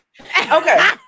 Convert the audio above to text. Okay